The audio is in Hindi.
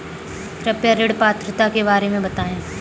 कृपया ऋण पात्रता के बारे में बताएँ?